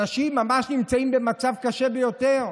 אנשים ממש נמצאים במצב קשה ביותר.